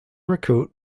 recruit